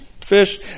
fish